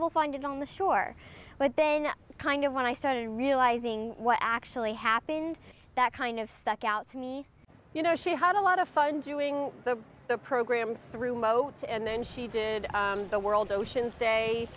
will find it on the shore but then kind of when i started realizing what actually happened that kind of stuck out to me you know she had a lot of fun doing the the program through moat and then she did the world oceans